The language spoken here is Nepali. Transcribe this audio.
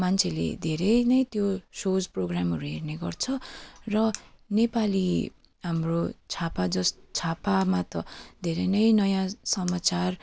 मान्छेले धेरै नै त्यो सोज प्रोग्रामहरू हेर्ने गर्छ र नेपाली हाम्रो छापा जस् छापामा त धेरै नै नयाँ समाचार